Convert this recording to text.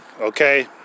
okay